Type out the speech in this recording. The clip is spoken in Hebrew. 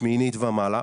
שמינית ומעלה,